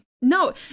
no